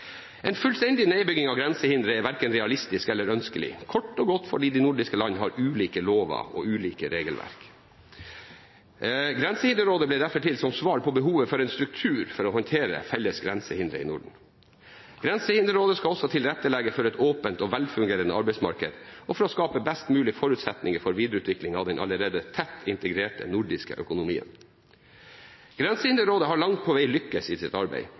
En fullstendig nedbygging av grensehindre er verken realistisk eller ønskelig, kort og godt fordi de nordiske landene har ulike lover og regelverk. Grensehinderrådet ble derfor til som svar på behovet for en struktur for å håndtere felles grensehindre i Norden. Grensehinderrådet skal også tilrettelegge for et åpent og velfungerende arbeidsmarked og skape best mulig forutsetninger for videreutvikling av den allerede tett integrerte nordiske økonomien. Grensehinderrådet har langt på vei lyktes i sitt arbeid.